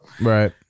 right